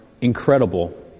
incredible